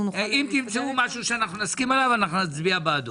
נוכל --- אתם תמצאו משהו שאנחנו נסכים עליו אנחנו נצביע בעדו.